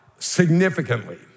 Significantly